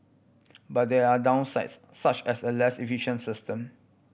but there are downsides such as a less efficient system